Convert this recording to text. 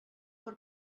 per